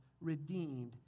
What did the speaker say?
redeemed